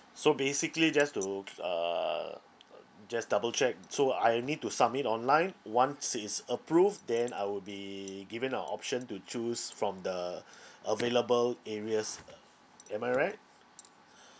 so basically just to c~ uh just double check so I need to submit online once it's approved then I would be given the option to choose from the available areas uh am I right